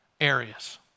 areas